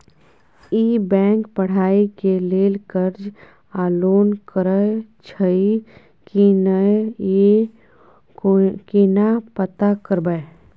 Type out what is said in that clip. ई bank पढ़ाई के लेल कर्ज आ लोन करैछई की नय, यो केना पता करबै?